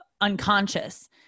unconscious